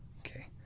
Okay